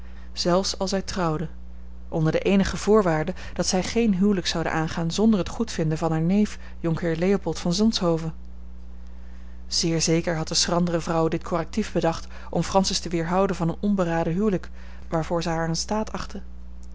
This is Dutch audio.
zelfs al zij trouwde onder de eenige voorwaarde dat zij geen huwelijk zoude aangaan zonder het goedvinden van haar neef jonkheer leopold van zonshoven zeer zeker had de schrandere vrouw dit correctief bedacht om francis te weerhouden van een onberaden huwelijk waarvoor zij haar in staat achtte